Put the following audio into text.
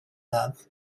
love